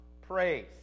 praise